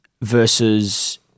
versus